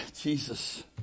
Jesus